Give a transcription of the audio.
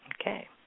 Okay